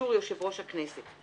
באישור יושב ראש הכנסת.